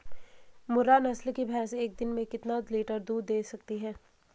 मुर्रा नस्ल की भैंस एक दिन में कितना लीटर दूध दें सकती है?